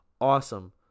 Awesome